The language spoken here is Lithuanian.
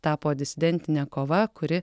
tapo disidentine kova kuri